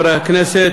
הכנסת,